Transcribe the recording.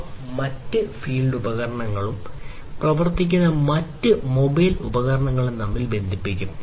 അവ മറ്റ് ഫീൽഡ് ഉപകരണങ്ങളും പ്രവർത്തിക്കുന്ന മറ്റ് മൊബൈൽ ഉപകരണങ്ങളും തമ്മിൽ ബന്ധിപ്പിക്കും